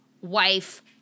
wife